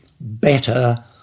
better